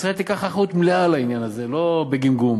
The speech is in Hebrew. ישראל תיקח אחריות מלאה על העניין הזה, לא בגמגום,